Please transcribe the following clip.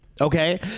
Okay